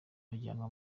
bajyanwa